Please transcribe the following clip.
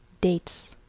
dates